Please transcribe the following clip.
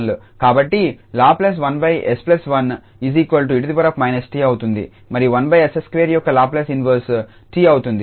కాబట్టి లాప్లేస్ 1𝑠1 𝑒−𝑡 అవుతుంది మరియు 1𝑠2 యొక్క లాప్లేస్ ఇన్వర్స్ 𝑡 అవుతుంది